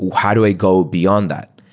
how do i go beyond that?